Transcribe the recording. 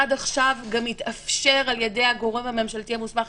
עד עכשיו גם התאפשר על ידי הגורם הממשלתי המוסמך,